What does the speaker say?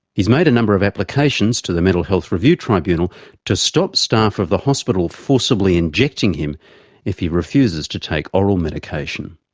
he has made a number of applications to the mental health review tribunal to stop staff of the hospital forcibly injecting him if he refuses to take oral medication.